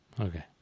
Okay